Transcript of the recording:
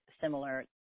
similar